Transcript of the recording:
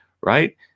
right